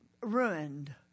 ruined